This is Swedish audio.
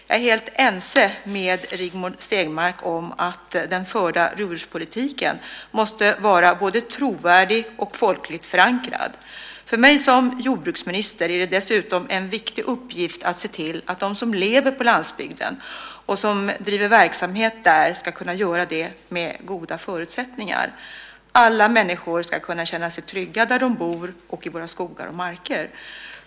Jag är helt ense med Rigmor Stenmark om att den förda rovdjurspolitiken måste vara både trovärdig och folkligt förankrad. För mig som jordbruksminister är det dessutom en viktig uppgift att se till att de som lever på landsbygden och som driver verksamhet där ska kunna göra det med goda förutsättningar. Alla människor ska kunna känna sig trygga där de bor och i våra skogar och marker.